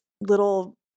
little